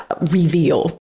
reveal